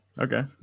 Okay